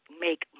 make